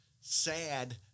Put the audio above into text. sad